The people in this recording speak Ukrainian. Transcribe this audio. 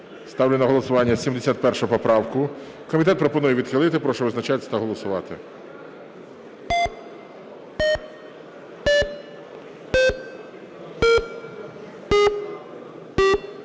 Ставлю на голосування 71 поправку. Комітет пропонує відхилити. Прошу визначатися та голосувати.